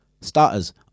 Starters